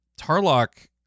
tarlock